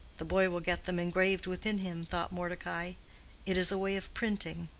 the boy will get them engraved within him, thought mordecai it is a way of printing.